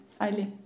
Ali